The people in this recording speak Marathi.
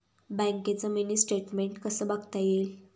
बँकेचं मिनी स्टेटमेन्ट कसं बघता येईल?